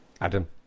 Adam